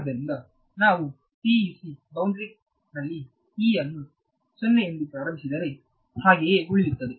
ಆದ್ದರಿಂದ ನಾವು PEC boundary ನಲ್ಲಿ E ಅನ್ನು 0 ಎಂದು ಪ್ರಾರಂಭಿಸಿದರೆ ಹಾಗೆಯೇ ಉಳಿಯುತ್ತದೆ